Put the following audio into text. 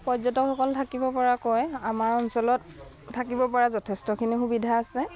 পৰ্যটকসকল থাকিব পৰাকৈ আমাৰ অঞ্চলত থাকিব পৰা যথেষ্টখিনি সুবিধা আছে